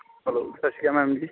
hello ਸਤਿ ਸ਼੍ਰੀ ਅਕਾਲ ਮੈਮ ਜੀ